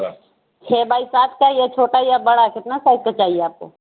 چھ بائی سات کا یا چھوٹا یا بڑا کتنا سائز کا چاہیے آپ کو